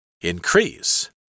Increase